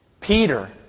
Peter